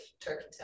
turkey